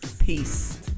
peace